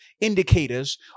indicators